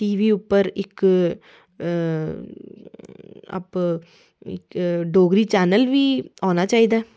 TV उप्पर इक Dogri channel बी आना चाहिदा